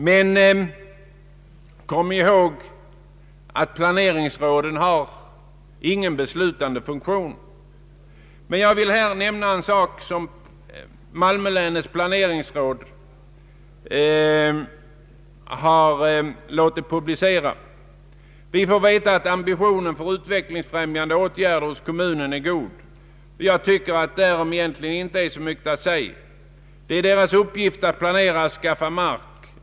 Men kom ihåg att planeringsråden inte har någon beslutandefunktion! Jag vill här nämna en rapport som Malmöhus läns planeringsråd har låtit publicera. Vi får veta att ambitionen för utvecklingsfrämjande åtgärder hos kommunerna är god. Jag tycker att därom egentligen inte är så mycket att säga. Det är deras uppgift att planera, att skaffa mark etc.